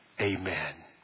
Amen